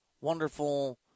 wonderful